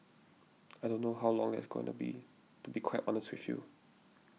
I don't know how long that's going to be to be quite honest with you